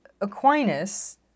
Aquinas